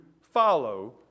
follow